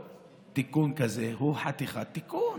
תיקון כזה הוא חתיכת תיקון